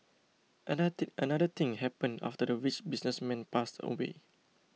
another another thing happened after the rich businessman passed away